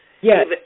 Yes